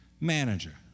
manager